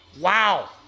Wow